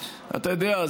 אתה יודע,